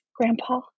Grandpa